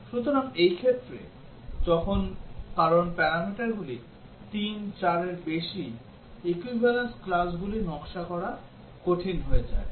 সুতরাং এই ক্ষেত্রে যখন কারণ প্যারামিটারগুলি 3 4 এর বেশি equivalence classগুলি নকশা করা কঠিন হয়ে যায়